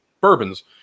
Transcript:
bourbons